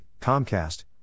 Comcast